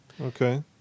Okay